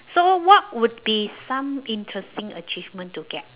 so what would be some interesting achievement to get